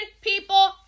people